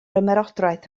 ymerodraeth